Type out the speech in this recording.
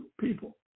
people